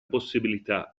possibilità